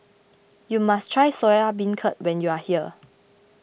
you must try Soya Beancurd when you are here